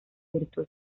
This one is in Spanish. virtud